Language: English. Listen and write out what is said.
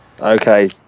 Okay